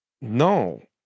no